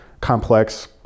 complex